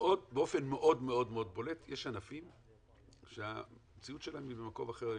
באופן מאוד מאוד בולט יש ענפים שהציוד שלכם הוא במקום אחר לגמרי.